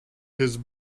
his